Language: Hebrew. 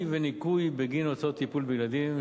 וניכוי בגין הוצאות טיפול בילדים),